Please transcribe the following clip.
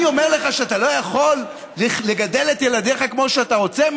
אני אומר לך שאתה לא יכול לגדל את ילדיך כמו שאתה רוצה?